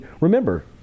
remember